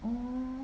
oh